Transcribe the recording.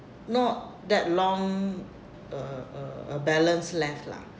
not that long a a a balance left[lah]